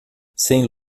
sem